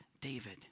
David